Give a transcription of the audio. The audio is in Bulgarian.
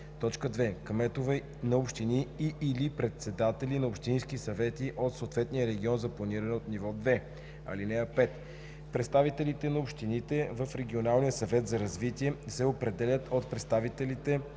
2; 2. кметове на общини и/или председатели на общински съвети от съответния регион за планиране от ниво 2. (5) Представителите на общините в регионалния съвет за развитие се определят от представителите